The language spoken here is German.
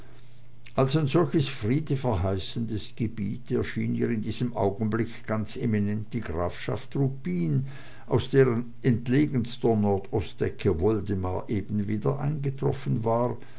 als ein solches friedeverheißendes gebiet erschien ihr in diesem augenblicke ganz eminent die grafschaft ruppin aus deren abgelegenster nordostecke woldemar eben wieder eingetroffen war